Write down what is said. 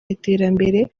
iterambere